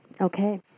Okay